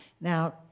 Now